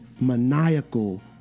maniacal